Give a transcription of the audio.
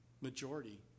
majority